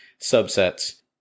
subsets